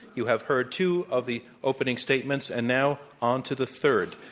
you have heard two of the opening statements. and now on to the third.